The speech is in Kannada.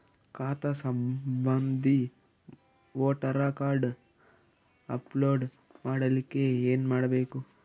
ಖಾತಾ ಸಂಬಂಧಿ ವೋಟರ ಕಾರ್ಡ್ ಅಪ್ಲೋಡ್ ಮಾಡಲಿಕ್ಕೆ ಏನ ಮಾಡಬೇಕು?